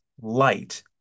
light